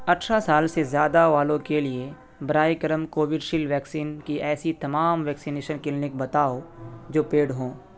اٹھارہ سال سے زیادہ والوں کے لیے برائے کرم کووڈشیلڈ ویکسین کی ایسی تمام ویکسینیشن کلنک بتاؤ جو پیڈ ہوں